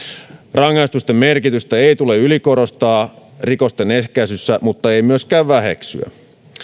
rangaistusten merkitystä ei ei tule ylikorostaa rikosten ehkäisyssä mutta ei myöskään väheksyä